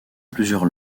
plusieurs